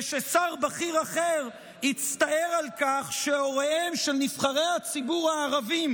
וששר בכיר אחר הצטער על כך שהוריהם של נבחרי הציבור הערבים,